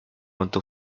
untuk